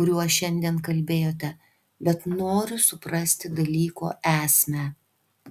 kuriuo šiandien kalbėjote bet noriu suprasti dalyko esmę